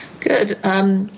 good